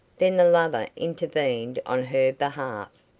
then the lover intervened on her behalf.